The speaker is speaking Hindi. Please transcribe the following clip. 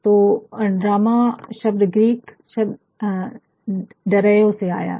तो ड्रामा शब्द ग्रीक शब्द डरैयो से आता है